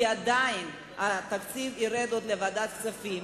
כי התקציב עוד ירד לוועדת הכספים.